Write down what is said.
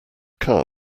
car